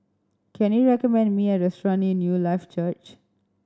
can you recommend me a restaurant near Newlife Church